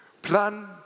Plan